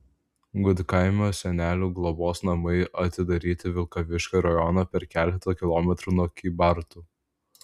gudkaimio senelių globos namai atidaryti vilkaviškio rajone per keletą kilometrų nuo kybartų